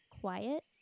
quiet